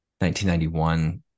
1991